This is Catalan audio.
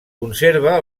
conserva